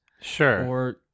Sure